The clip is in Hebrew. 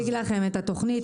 נציג לכם את התוכנית.